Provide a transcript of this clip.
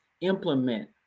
implement